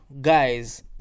guys